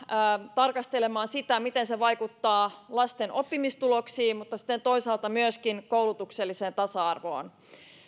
tarkastelemaan siinä sitä miten se vaikuttaa lasten oppimistuloksiin mutta sitten toisaalta myöskin koulutukselliseen tasa